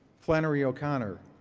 flannery o'connor,